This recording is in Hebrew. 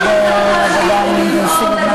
שצריך, תשכנעי את השר שלך.